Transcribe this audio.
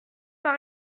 par